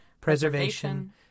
preservation